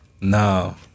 No